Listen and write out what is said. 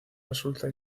resulta